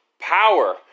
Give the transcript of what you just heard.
power